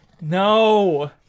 No